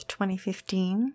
2015